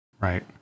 Right